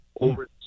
over